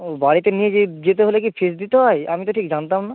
ও বাড়িতে নিয়ে গি যেতে হলে কি ফিস দিতে হয় আমি তো ঠিক জানতাম না